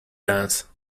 dance